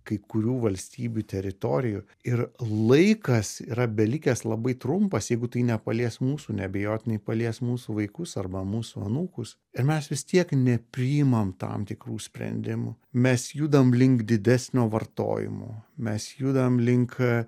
kai kurių valstybių teritorijų ir laikas yra belikęs labai trumpas jeigu tai nepalies mūsų neabejotinai palies mūsų vaikus arba mūsų anūkus ir mes vis tiek nepriimam tam tikrų sprendimų mes judam link didesnio vartojimo mes judam link